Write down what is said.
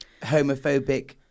homophobic